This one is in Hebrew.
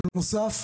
בנוסף,